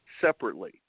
separately